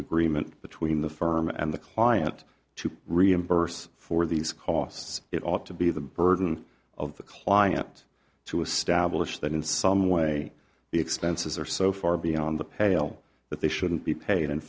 agreement between the firm and the client to reimburse for these costs it ought to be the burden of the client to establish that in some way the expenses are so far beyond the pale that they shouldn't be paid and